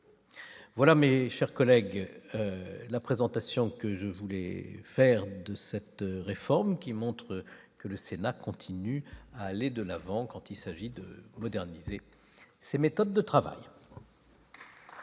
voilà, mes chers collègues, la présentation que je voulais faire de cette réforme, qui montre que le Sénat continue à aller de l'avant, quand il s'agit de moderniser ses méthodes de travail.